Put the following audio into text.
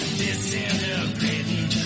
disintegrating